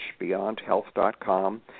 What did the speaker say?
beyondhealth.com